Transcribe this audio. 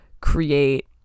create